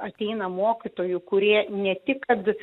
ateina mokytojų kurie ne tik kad